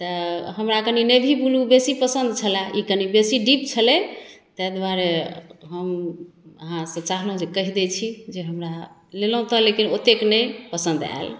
तऽ हमरा कनि नेवी ब्लू बेसी पसन्द छलै ई कनि बेसी डीप छलै तइ दुआरे हम अहाँसँ चाहलहुँ जे कहि दै छी जे हमरा लेलहुँ तऽ लेकिन ओतेक नहि पसन्द आयल